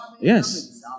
Yes